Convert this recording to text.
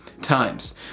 times